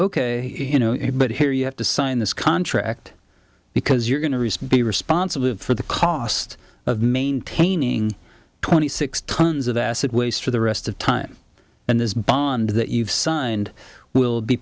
ok you know anybody here you have to sign this contract because you're going to respond be responsible for the cost of maintaining twenty six tons of acid waste for the rest of time and this bond that you've signed will be